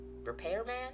repairman